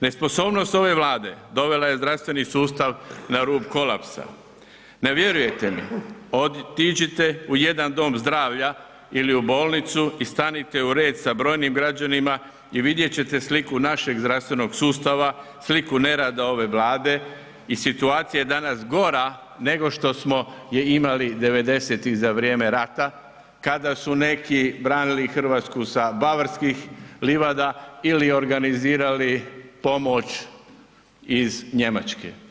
Nesposobnost ove Vlade dovela je zdravstveni sustav na rub kolapsa, ne vjerujete mi, otiđite u jedan dom zdravlja ili u bolnicu i stanite u red sa brojnim građanima i vidjet ćete sliku našeg zdravstvenog sustava, sliku nerada ove Vlade i situacija je danas gora nego što smo je imali '90. za vrijeme rata kada su neki branili Hrvatsku sa Bavarskih livada ili organizirali pomoć iz Njemačke.